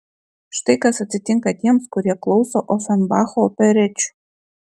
štai kas atsitinka tiems kurie klauso ofenbacho operečių